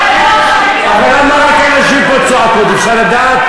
אבל למה רק הנשים פה צועקות, אפשר לדעת?